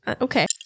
okay